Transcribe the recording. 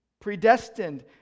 predestined